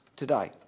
today